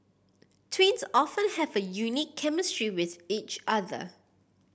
twins often have a unique chemistry with each other